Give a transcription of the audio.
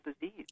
disease